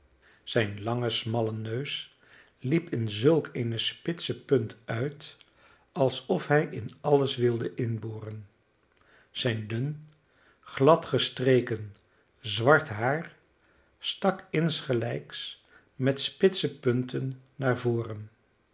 zijn lange smalle neus liep in zulk eene spitse punt uit alsof hij in alles wilde inboren zijn dun gladgestreken zwart haar stak insgelijks met spitse punten naar voren